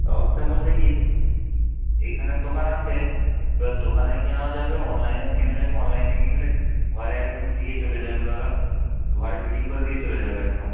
অবস্থা বলতে কি এখানের দোকান আছে এবার দোকানে কেনাও যাবে অনলাইনেও কেনা যাবে অনলাইনে কিনলে ঘরে একদম দিয়ে চলে যাবে ধরো ঘরে ফিটিং করে দিয়ে চলে যাবে একদম